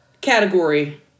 category